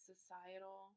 societal